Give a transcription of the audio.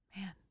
Man